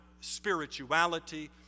spirituality